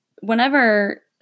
whenever